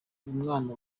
mwana